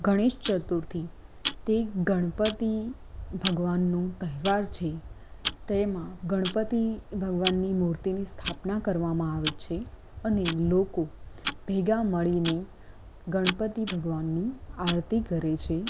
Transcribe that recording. ગણેશ ચતુર્થી તે ગણપતિ ભગવાનનો તહેવાર છે તેમાં ગણપતિ ભગવાનની મૂર્તિની સ્થાપના કરવામાં આવે છે અને લોકો ભેગાં મળીને ગણપતિ ભગવાનની આરતી કરે છે